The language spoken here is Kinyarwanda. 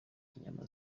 inyama